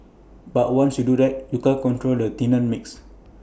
but once you do that you can't control the tenant mix